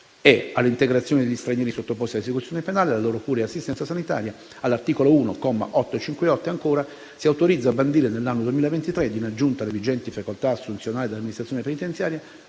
e) all'integrazione degli stranieri sottoposti ad esecuzione penale, alla loro cura e assistenza sanitaria». All'articolo 1, comma 858 si autorizza a bandire, nell'anno 2023, ed in aggiunta alle vigenti facoltà assunzionali dell'amministrazione penitenziaria,